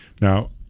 Now